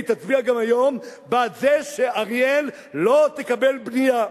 והיא תצביע גם היום בעד זה שאריאל לא תקבל בנייה.